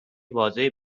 واضحی